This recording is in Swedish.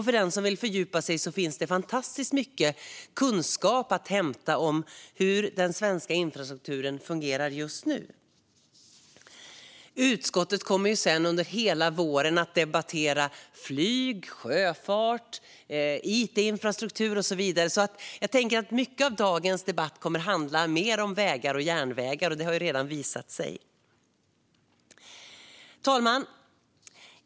För den som vill fördjupa sig finns det fantastiskt mycket kunskap att hämta där om hur den svenska infrastrukturen fungerar just nu. Utskottet kommer sedan under hela våren att debattera flyg, sjöfart, it-infrastruktur och så vidare, så mycket av dagens debatt kommer att handla om vägar och järnvägar, vilket redan har visat sig. Herr talman!